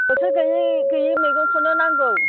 बोथोर गैयि गैयिनि मैगंखौनो नांगौ